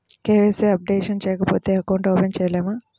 KYC updation చేయకపోతే account open చేయలేమా?